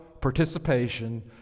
participation